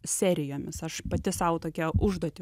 serijomis aš pati sau tokią užduotį